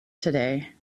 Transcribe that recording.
today